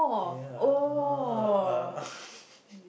ya ah